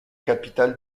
capitale